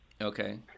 Okay